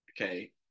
okay